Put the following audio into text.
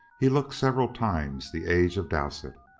he looked several times the age of dowsett.